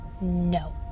No